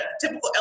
typical